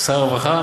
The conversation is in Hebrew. כשר הרווחה,